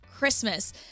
Christmas